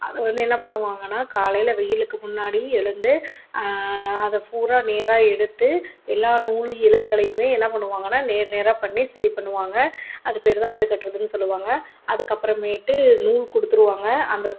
அது வந்து என்ன பண்ணுவாங்கன்னா காலையில் வெயிலுக்கு முன்னாடி எழுந்து அதை பூராக நேராக எடுத்து எல்லா நூல் இலைகளையுமே என்ன பண்ணுவாங்கன்னா நேர் நேராக பண்ணி சரி பண்ணுவாங்க அது பேர்தான் அல்லுக்கட்டுறதுன்னு சொல்லுவாங்க அதுக்கப்புறமேட்டு நூல் கொடுத்துருவாங்க அந்த